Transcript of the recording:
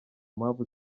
mpamvu